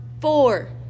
Four